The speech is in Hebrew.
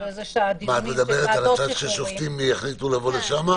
את מדברת על הצד ששופטים יחליטו לבוא לשם?